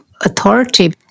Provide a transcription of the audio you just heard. authority